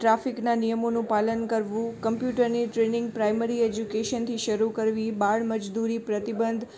ટ્રાફિકના નિયમોનું પાલન કરવું કોમ્પ્યુટરની ટ્રેનિંગ પ્રાઇમરી એજ્યુકેશનથી શરૂ કરવી બાળ મજૂરી પ્રતિબંધ